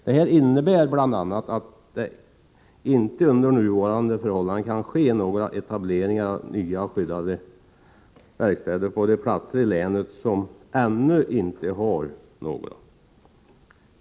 Detta innebär bl.a. att det inte under nuvarande förhållanden kan ske några etableringar av nya skyddade verkstäder på de platser i länet som ännu inte har några sådana.